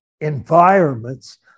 environments